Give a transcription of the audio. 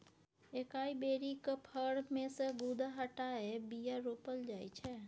एकाइ बेरीक फर मे सँ गुद्दा हटाए बीया रोपल जाइ छै